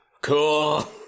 Cool